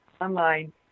online